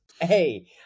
hey